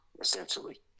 essentially